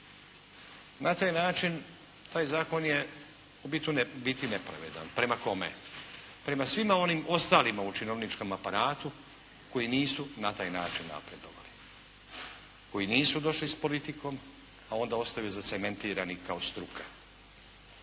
Na taj način taj zakon je u biti nepravedan. Prema kome? Prema svima onim ostalim u činovničkom aparatu koji nisu na taj način napredovali, koji nisu došli s politikom, a onda ostaju zacementirani kao struka.